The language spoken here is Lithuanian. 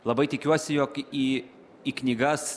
labai tikiuosi jog į į knygas